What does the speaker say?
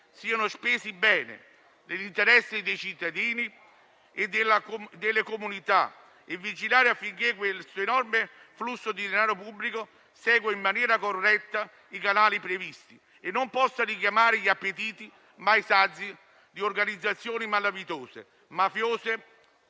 siano spesi bene, nell'interesse dei cittadini e delle comunità, e vigilare affinché questo enorme flusso di denaro pubblico segua in maniera corretta i canali previsti e non possa richiamare gli appetiti mai sazi di organizzazioni malavitose, mafiose